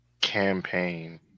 campaign